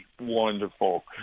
wonderful